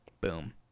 Boom